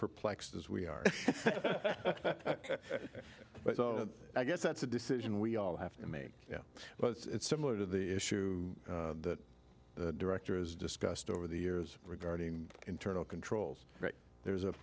perplexed as we are but i guess that's a decision we all have to make yeah but it's similar to the issue that the director has discussed over the years regarding internal controls that there's a